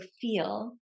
feel